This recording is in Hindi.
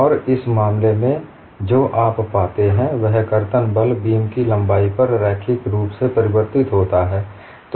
और इस मामले में जो आप पाते हैं वह कर्तन बल बीम की लंबाई पर रैखिक रूप से परिवर्ती होता है